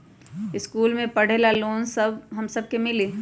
इश्कुल मे पढे ले लोन हम सब के मिली?